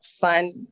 fun